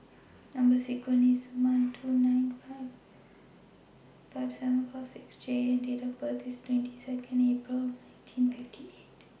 Number sequence IS S one two nine five seven four six J and Date of birth IS twenty Second April nineteen fifty eight